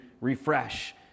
refresh